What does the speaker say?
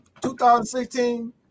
2016